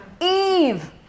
Eve